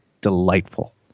delightful